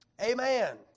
Amen